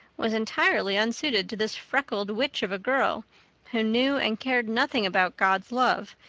was entirely unsuited to this freckled witch of a girl who knew and cared nothing about god's love,